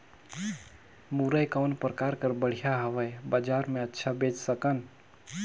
मुरई कौन प्रकार कर बढ़िया हवय? बजार मे अच्छा बेच सकन